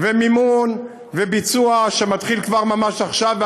ומימון וביצוע שמתחיל כבר ממש עכשיו.